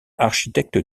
architecte